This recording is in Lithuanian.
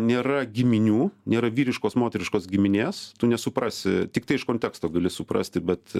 nėra giminių nėra vyriškos moteriškos giminės tu nesuprasi tiktai iš konteksto gali suprasti bet